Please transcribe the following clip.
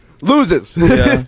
Loses